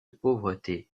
pauvreté